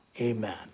Amen